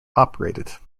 operated